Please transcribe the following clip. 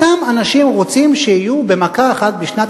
סתם אנשים רוצים שיהיו במכה אחת בשנת